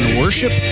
worship